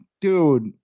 dude